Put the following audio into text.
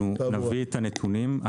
אנחנו נביא את הנתונים.